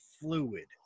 Fluid